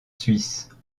suisse